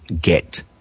get